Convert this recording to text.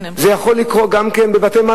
זה יכול לקרות גם בבתי-מלון.